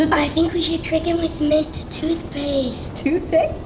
ah but i think we should trick him with mint toothpaste. toothpaste?